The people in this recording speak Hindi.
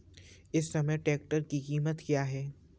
इस समय ट्रैक्टर की कीमत क्या है?